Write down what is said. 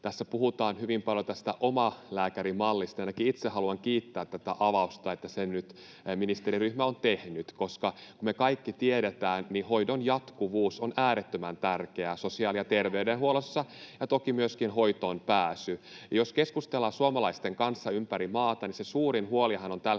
Tässä puhutaan hyvin paljon tästä omalääkärimallista. Ainakin itse haluan kiittää tätä avausta, että sen nyt ministeriryhmä on tehnyt, koska, kuten me kaikki tiedetään, hoidon jatkuvuus on äärettömän tärkeää sosiaali- ja terveydenhuollossa, ja toki myöskin hoitoonpääsy. Jos keskustellaan suomalaisten kanssa ympäri maata, niin se suurin huolihan on tällä hetkellä